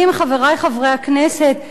חברי חברי הכנסת,